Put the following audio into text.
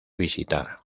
visitar